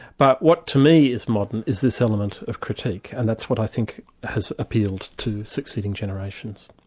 but what to me is modern, is this element of critique, and that's what i think has appealed to succeeding generations.